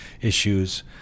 issues